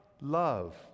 love